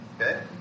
Okay